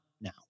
now